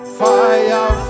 fire